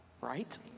Right